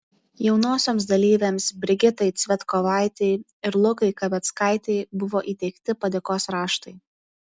jaunosioms dalyvėms brigitai cvetkovaitei ir lukai kaveckaitei buvo įteikti padėkos raštai